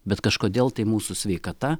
bet kažkodėl tai mūsų sveikata